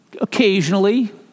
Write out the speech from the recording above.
occasionally